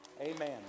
Amen